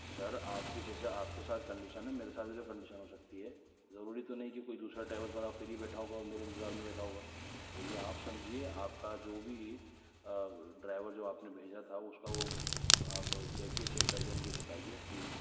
سر آپ کے جیسے آپ کے ساتھ کنڈیشن ہے میرے ساتھ بھی تو کنڈیشن ہو سکتی ہے ضروری تو نہیں کہ کوئی دوسرا ٹریویلس والا فری بیٹھا ہوگا اور میرے انتظار میں بیٹھا ہوگا تو یہ آپ سمجھیے آپ کا جو بھی ڈرائیور جو آپ نے بھیجا تھا اس کا وہ آپ دیکھ کے چیک کر کے مجھے بتائیے پلیز